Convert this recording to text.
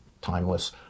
timeless